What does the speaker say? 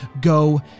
Go